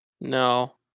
No